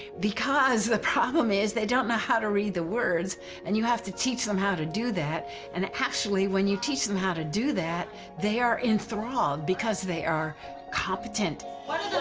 because the problem is they don't know how to read the words and you have to teach them how to do that and actually when you teach them how to do that they are enthralled because they are competent.